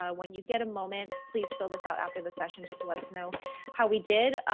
ah when you get a moment, please fill this out after the session, just to let us know how we did